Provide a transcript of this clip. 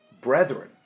brethren